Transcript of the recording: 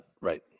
Right